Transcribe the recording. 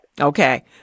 Okay